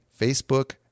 Facebook